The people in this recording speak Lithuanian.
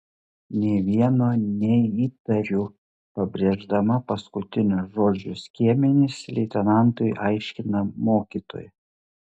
nė vieno neįtariu pabrėždama paskutinio žodžio skiemenis leitenantui aiškina mokytoja